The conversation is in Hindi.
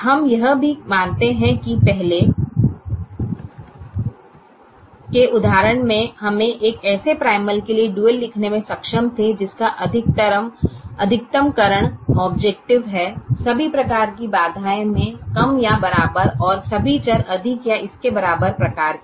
हम यह भी मानते हैं कि पहले के उदाहरण में हम एक ऐसे प्राइमल के लिए डुअल लिखने में सक्षम थे जिसका अधिकतमकरण ऑबजेकटिव है सभी प्रकार की बाधाओ में कम या बराबर और सभी चर अधिक या इसके बराबर प्रकार के है